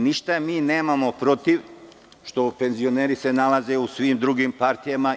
Ništa mi nemamo protiv što se penzioneri nalaze u svim drugim partijama.